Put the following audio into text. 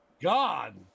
God